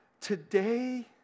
today